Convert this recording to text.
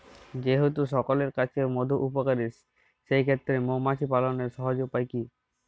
যেহেতু সকলের কাছেই মধু উপকারী সেই ক্ষেত্রে মৌমাছি পালনের সহজ উপায় কি?